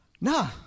Nah